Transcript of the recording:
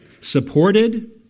supported